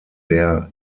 der